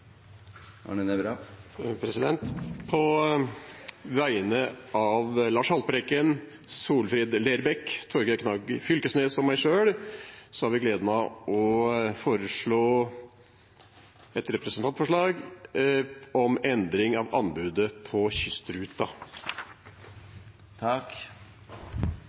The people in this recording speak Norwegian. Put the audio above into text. På vegne av Lars Haltbrekken, Solfrid Lerbrekk, Torgeir Knag Fylkesnes og meg selv har jeg gleden av å framsette et representantforslag om å endre anbudet på